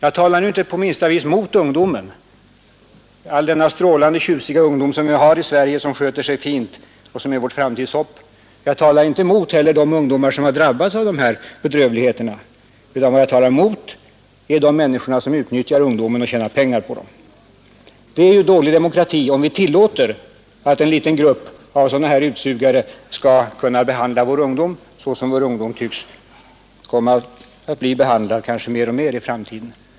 Jag talar nu inte på minsta vis mot ungdomen — all denna strålande och tjusiga ungdom i Sverige som sköter sig fint och är vårt framtidshopp. Jag talar inte heller mot de ungdomar som har drabbats av de här bedrövligheterna, utan jag talar mot de människor som utnyttjar ungdomarna och tjänar pengar på dem. Det är alltså dålig demokrati om vi tillåter att en liten grupp av sådana utsugare behandlar vår ungdom på detta sätt, som också mer och mer tycks bli fallet i framtiden.